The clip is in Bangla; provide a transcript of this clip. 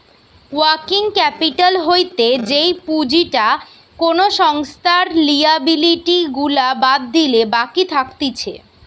ওয়ার্কিং ক্যাপিটাল হতিছে যেই পুঁজিটা কোনো সংস্থার লিয়াবিলিটি গুলা বাদ দিলে বাকি থাকতিছে